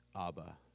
Abba